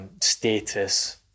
status